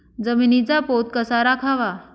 जमिनीचा पोत कसा राखावा?